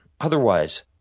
Otherwise